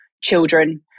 children